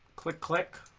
click click